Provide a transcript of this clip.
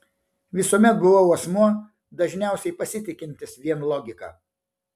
visuomet buvau asmuo dažniausiai pasitikintis vien logika